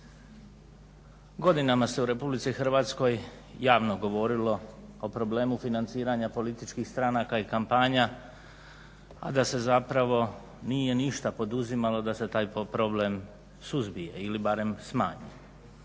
Godinama se u RH javno govorilo o problemu financiranja političkih stranaka i kampanja, a da se zapravo nije ništa poduzimalo da se taj problem suzbije ili barem smanji.